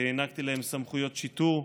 שהענקתי להם סמכויות שיטור,